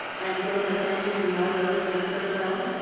i am joined by families from live oak and soquel,